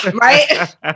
right